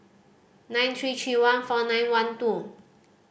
nine three three one four nine one two